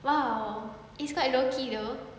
!wow! it's quite low key though